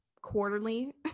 quarterly